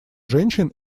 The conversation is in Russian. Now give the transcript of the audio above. женщин